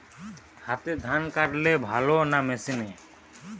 হাতে ধান কাটলে ভালো না মেশিনে?